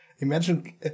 Imagine